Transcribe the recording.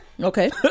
Okay